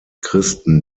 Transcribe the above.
christen